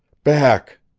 back!